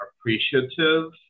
appreciative